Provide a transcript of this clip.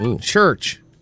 Church